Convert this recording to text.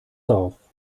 auf